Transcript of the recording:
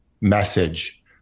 message